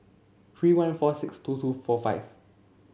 three one four six two two four five